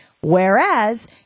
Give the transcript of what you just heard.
Whereas